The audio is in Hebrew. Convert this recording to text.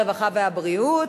הרווחה והבריאות,